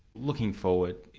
looking forward,